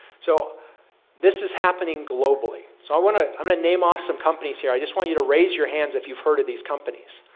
so this is happening globally. so i want to i mean name awesome companies here. i just want you to raise your hands if you've heard of these companies.